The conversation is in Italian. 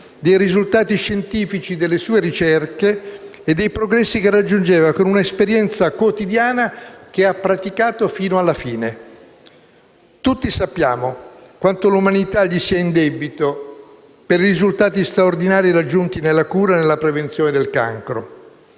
dei risultati scientifici delle sue ricerche e dei progressi che raggiungeva con una esperienza quotidiana che ha praticato fino alla fine. Tutti sappiamo quanto l'umanità gli sia in debito per i risultati straordinari raggiunti nella cura e nella prevenzione del cancro.